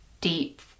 deep